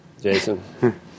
Jason